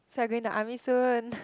so you're going to army soon